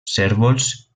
cérvols